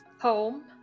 home